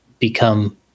become